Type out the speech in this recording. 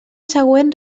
següent